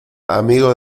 amigo